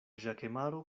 ĵakemaro